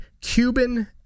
Cuban